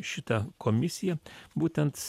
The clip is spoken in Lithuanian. šitą komisiją būtent